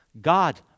God